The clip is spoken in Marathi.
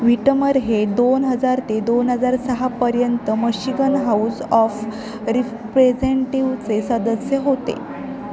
व्हीटमर हे दोन हजार ते दोन हजार सहापर्यंत मशिकन हाउस ऑफ रिप्रेझेंटिव्चे सदस्य होते